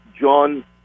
John